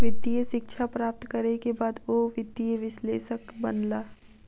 वित्तीय शिक्षा प्राप्त करै के बाद ओ वित्तीय विश्लेषक बनला